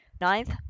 Ninth